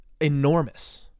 enormous